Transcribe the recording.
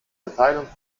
verteilung